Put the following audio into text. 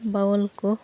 ᱵᱟᱣᱩᱞᱠᱚ